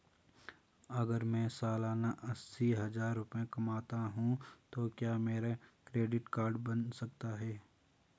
अगर मैं सालाना अस्सी हज़ार रुपये कमाता हूं तो क्या मेरा क्रेडिट कार्ड बन सकता है?